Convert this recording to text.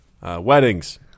Weddings